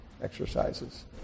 exercises